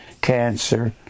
cancer